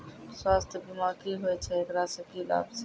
स्वास्थ्य बीमा की होय छै, एकरा से की लाभ छै?